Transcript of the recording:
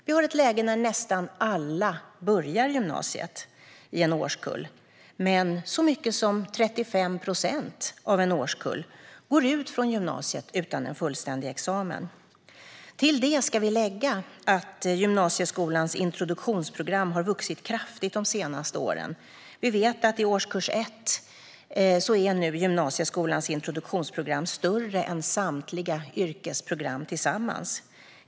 Nästan alla i en årskull börjar gymnasiet, men så mycket som 35 procent går ut gymnasiet utan en fullständig examen. Till detta ska läggas att gymnasieskolans introduktionsprogram har vuxit kraftigt under de senaste åren. I årskurs 1 är nu gymnasieskolans introduktionsprogram större än samtliga yrkesprogram tillsammans.